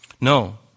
No